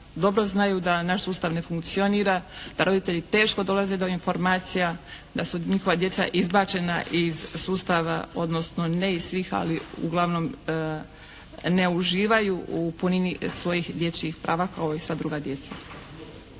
dobro znaju da naš sustav ne funkcionira, da roditelji teško dolaze do informacija, da su njihova djeca izbačena iz sustava, odnosno ne iz svih ali uglavnom ne uživaju u punini svojih dječjih prava kao i sva druga djeca.